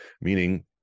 meaning